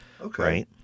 okay